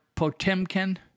Potemkin